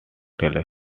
taylor